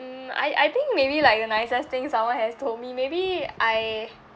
hmm I I think maybe like the nicest thing someone has told me maybe I